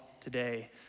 today